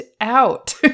out